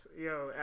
Yo